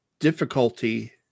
Difficulty